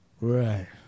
Right